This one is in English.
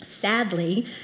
Sadly